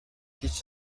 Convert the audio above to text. هیچ